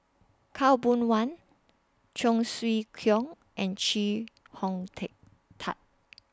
Khaw Boon Wan Cheong Siew Keong and Chee Hong Tat